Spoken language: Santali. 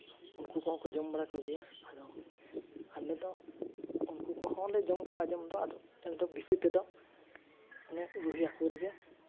ᱩᱱᱠᱩ ᱠᱚ ᱦᱚᱸ ᱠᱚ ᱡᱚᱢ ᱵᱟᱲᱟ ᱠᱚᱜᱮᱭᱟ ᱟᱫᱚ ᱟᱞᱮ ᱫᱚ ᱩᱱᱠᱩ ᱠᱚ ᱦᱚᱸ ᱞᱮ ᱡᱚᱢ ᱠᱚᱣᱟ ᱡᱚᱢ ᱫᱚ ᱮᱱ ᱨᱮᱦᱚᱸ ᱵᱮᱥᱤ ᱛᱮᱫᱚ ᱨᱩᱭ ᱦᱟᱹᱠᱩ ᱨᱮᱜᱮ